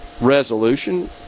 resolution